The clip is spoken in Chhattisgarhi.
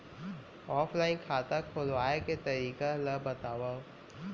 ऑफलाइन खाता खोलवाय के तरीका ल बतावव?